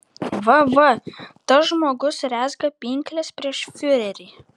va va tas žmogus rezga pinkles prieš fiurerį